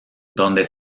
donde